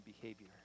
behavior